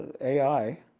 AI